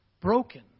broken